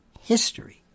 history